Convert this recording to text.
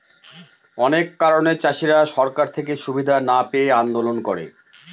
অনেক কারণে চাষীরা সরকার থেকে সুবিধা না পেয়ে আন্দোলন করে